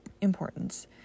importance